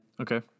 Okay